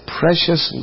precious